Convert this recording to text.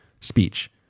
speech